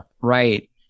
Right